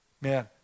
Man